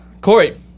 Corey